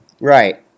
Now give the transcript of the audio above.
Right